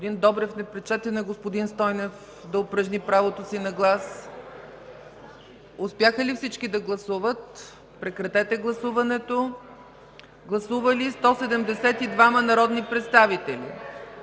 Господин Добрев, не пречете на господин Стойнев да упражни правото си на глас! Успяха ли всички да гласуват? Гласували 172 народни представители: